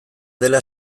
dela